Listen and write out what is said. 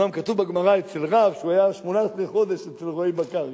כתוב בגמרא אצל רב שהוא היה 18 חודש אצל רועי בקר.